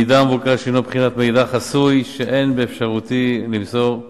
המידע המבוקש הוא בבחינת מידע חסוי שאין באפשרותי למסור.